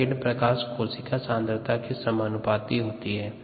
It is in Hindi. प्रकीर्णन प्रकाश कोशिका सांद्रता के समानुपाती होता है